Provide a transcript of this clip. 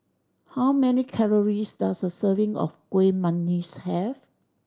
how many calories does a serving of Kuih Manggis have